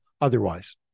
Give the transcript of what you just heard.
otherwise